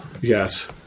Yes